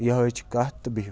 یِہوٚے چھِ کَتھ تہٕ بِہِو